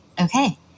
okay